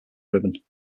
ribbon